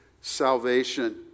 salvation